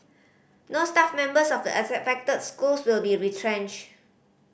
no staff members of the affected schools will be retrenched